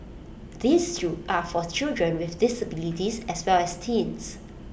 these two are children with disabilities as well as teens